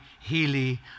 healy